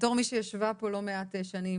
בתור מי שישבה פה לא מעט שנים,